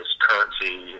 currency